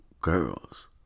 Girls